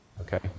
okay